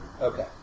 Okay